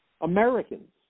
Americans